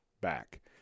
back